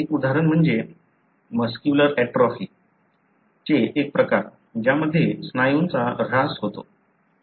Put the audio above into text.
एक उदाहरण म्हणजे मस्क्युलर ऍट्रोफी चे एक प्रकार ज्यामध्ये स्नायूंचा ऱ्हास होतो